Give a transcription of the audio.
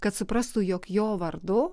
kad suprastų jog jo vardu